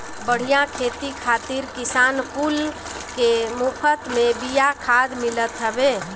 बढ़िया खेती खातिर किसान कुल के मुफत में बिया खाद मिलत हवे